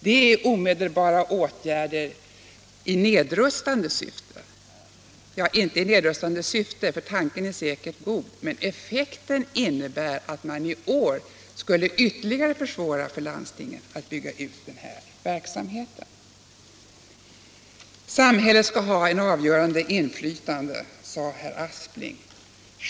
Jag skall inte säga att det är omedelbara åtgärder i nedrustande syfte, för tanken är säkerligen god, men effekten blir att man i år skulle ytterligare försvåra för landstingen att bygga ut den här verksamheten. Samhället skall ha ett avgörande inflytande, sade herr Aspling.